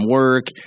work